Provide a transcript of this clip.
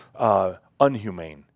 unhumane